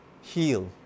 Heal